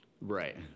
right